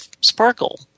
sparkle